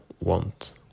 want